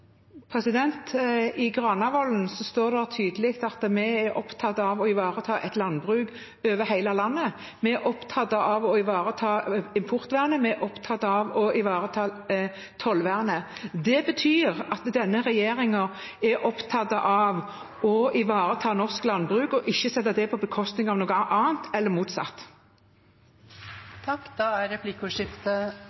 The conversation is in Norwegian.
I Granavolden står det tydelig at vi er opptatt av å ivareta et landbruk over hele landet. Vi er opptatt av å ivareta importvernet, vi er opptatt av å ivareta tollvernet. Det betyr at denne regjeringen er opptatt av å ivareta norsk landbruk og ikke la det gå på bekostning av noe annet, eller motsatt.